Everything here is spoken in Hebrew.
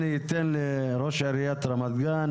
אני אתן לראש עיריית רמת גן,